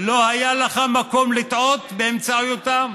לא היה לך מקום לטעות באמצעם.